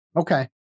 Okay